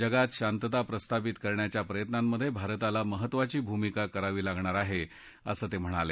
जगात शांतता प्रस्थापित करण्याच्या प्रयत्त्नांमधे भारताला महत्त्वाची भूमिका करावी लागणार आहे असं ते म्हणाले